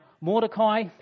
Mordecai